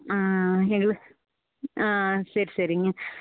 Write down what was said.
எங்கள் வீ சர் சரிங்க